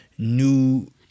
new